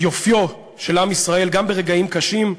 יופיו של עם ישראל, גם ברגעים קשים,